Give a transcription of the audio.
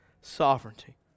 sovereignty